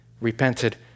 repented